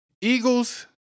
Eagles